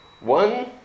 One